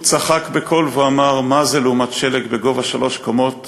הוא צחק בקול ואמר: מה זה לעומת שלג בגובה שלוש קומות